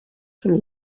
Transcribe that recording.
schon